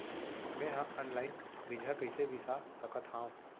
मे हा अनलाइन बीजहा कईसे बीसा सकत हाव